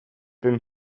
been